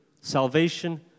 salvation